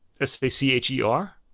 S-A-C-H-E-R